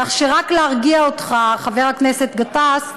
כך שרק להרגיע אותך, חבר הכנסת גטאס,